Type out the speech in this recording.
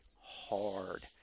hard